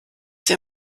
sie